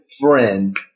friend